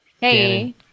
Hey